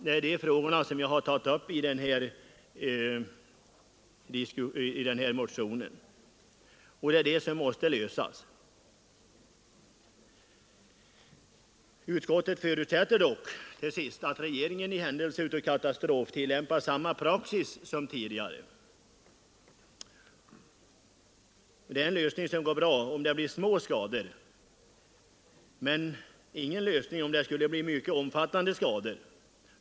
Det är de frågorna som jag har tagit upp i den här motionen, och det är de som måste lösas. Till sist förutsätter utskottet dock att regeringen i händelse av katastrof tillämpar samma praxis som tidigare. Det är en lösning som går bra om det blir små skador, men det är ingen lösning om det skulle bli mycket omfattande skador.